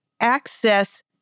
access